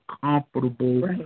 comfortable